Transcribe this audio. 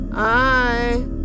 I